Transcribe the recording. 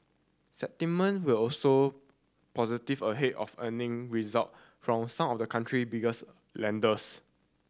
sentiment was also positive ahead of earning result from some of the country biggest lenders